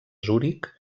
zuric